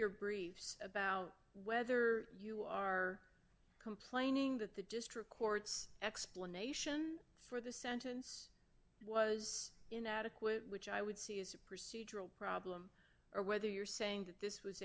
your briefs about whether you are complaining that the district court's explanation for the sentence was inadequate which i would see as a procedural problem or whether you're saying that this was